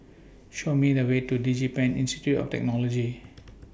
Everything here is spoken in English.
Show Me The Way to Digi Pen Institute of Technology